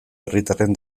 herritarren